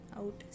out